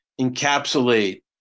encapsulate